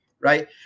right